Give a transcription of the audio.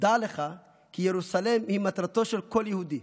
דע לך כי ירוסלם היא מטרתו של כל יהודי,